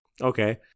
Okay